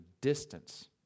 distance